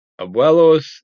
Abuelos